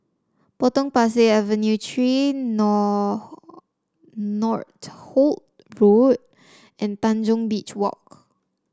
Potong Pasir Avenue Three Nor Northolt Road and Tanjong Beach Walk